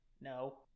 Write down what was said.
No